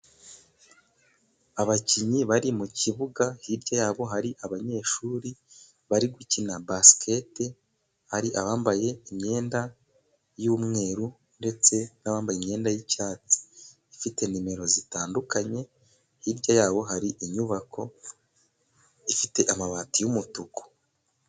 Abakinnyi bari mu kibuga hirya yabo hari abanyeshuri bari gukina basiketi, hari abambaye imyenda y'umweru ndetse n'abambaye imyenda y'icyatsi ifite nimero zitandukanye, hirya yabo hari inyubako ifite amabati y'umutuku.